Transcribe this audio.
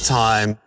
time